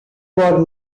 bought